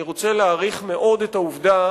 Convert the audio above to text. אני רוצה להעריך מאוד את העובדה